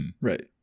Right